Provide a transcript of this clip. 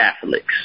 Catholics